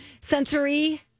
sensory